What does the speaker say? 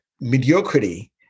mediocrity